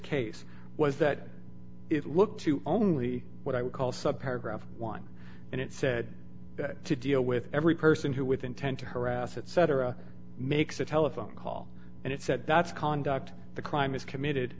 case was that it looked to only what i would call subgraph one and it said that to deal with every person who with intent to harass etc makes a telephone call and it said that's conduct the crime is committed